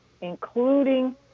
including